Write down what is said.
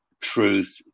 truth